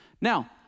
Now